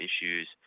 issues